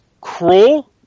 cruel